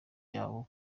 yabo